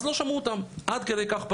אז לא שמעו אותם, עד כדי כך פשוט.